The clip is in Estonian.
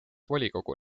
volikogu